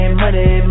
money